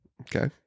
Okay